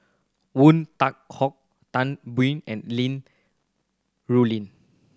Woon Tai Ho Tan Biyun and Li Rulin